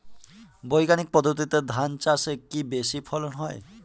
বৈজ্ঞানিক পদ্ধতিতে ধান চাষে কি বেশী ফলন হয়?